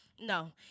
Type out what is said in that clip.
No